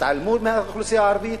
התעלמו מהאוכלוסייה הערבית,